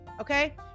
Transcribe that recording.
Okay